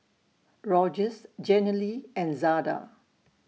Rogers Jenilee and Zada